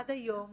עד היום